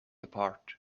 apart